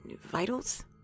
vitals